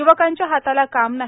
युवकांच्या हाताला काम नाही